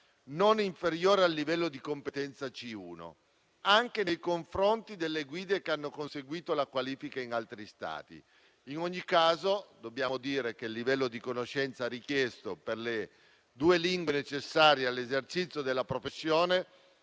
non inferiore al livello di competenza C1, anche nei confronti delle guide che hanno conseguito la qualifica in altri Stati. In ogni caso, dobbiamo dire che il livello di conoscenza richiesto per le due lingue necessarie all'esercizio della professione